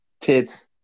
tits